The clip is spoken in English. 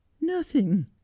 Nothing